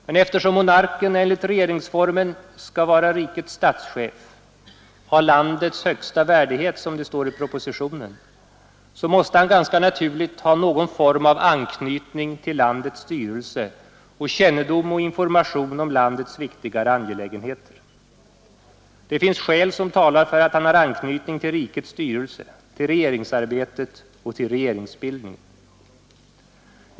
Men eftersom monarken enligt regeringsformen skall vara rikets statschef, ha landets högsta värdighet som det står i propositionen, så måste han ganska naturligt ha någon form av anknytning till landets styrelse och kännedom och information om landets viktigare angelägenheter. Det finns skäl som talar för att han har anknytning till rikets styrelse, till regeringsarbetet och till regeringsbildningen.